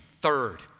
Third